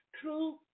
True